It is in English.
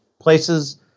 places